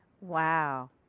Wow